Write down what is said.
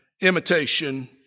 imitation